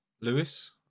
Lewis